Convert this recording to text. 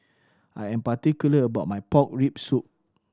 I am particular about my pork rib soup